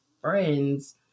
friends